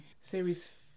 series